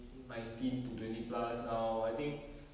nineteen to twenty plus now I think